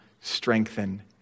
strengthen